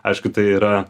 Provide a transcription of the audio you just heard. aišku tai yra